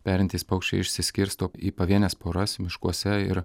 perintys paukščiai išsiskirsto į pavienes poras miškuose ir